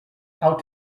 how